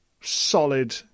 solid